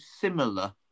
similar